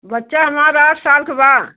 बच्चा हमारा आठ साल का बड़ा